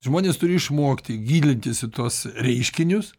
žmonės turi išmokti gilintis į tuos reiškinius